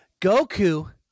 Goku